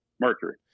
Mercury